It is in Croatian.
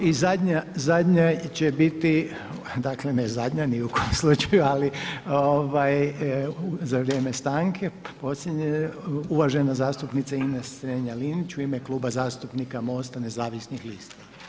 I zadnja će biti, dakle ne zadnja, ni u kojem slučaju ali za vrijeme stanke, uvažena zastupnica Ines Strenja-Linić u ime Kluba zastupnika MOST-a Nezavisnih lista.